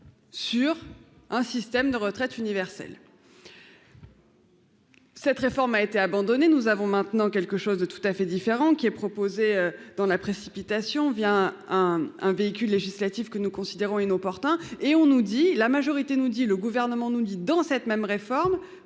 Sur un système de retraite universel. Cette réforme a été abandonnée. Nous avons maintenant quelque chose de tout à fait différent, qui est proposé dans la précipitation vient. Un véhicule législatif que nous considérons inopportun. Et on nous dit la majorité nous dit le gouvernement nous dit, dans cette même réforme